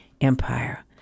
Empire